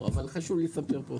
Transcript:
אבל חשוב לי לספר פה.